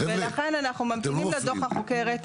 חבר'ה אתם לא מפריעים,